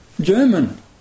German